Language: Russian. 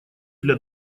для